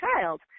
child